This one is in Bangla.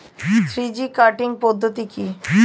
থ্রি জি কাটিং পদ্ধতি কি?